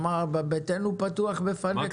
ביתנו פתוח בפניך.